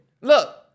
Look